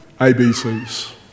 ABCs